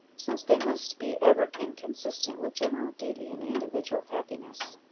since they must be ever inconsistent with general duty and individual happiness.